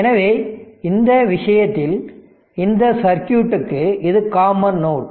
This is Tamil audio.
எனவே இந்த விஷயத்தில் இந்த சர்க்யூட்க்கு இது காமன் நோட்